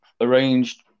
arranged